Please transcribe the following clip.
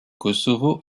kosovo